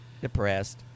depressed